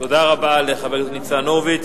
תודה רבה לחבר הכנסת ניצן הורוביץ.